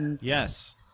yes